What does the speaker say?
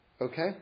Okay